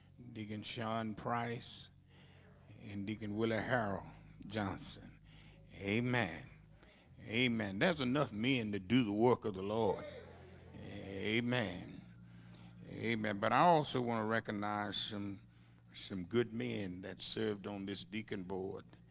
digging shawn price and deacon willa harold johnson a man a man. that's enough man to do the work of the lord a man a man, but i also want to recognize some some good men that served on this deacon board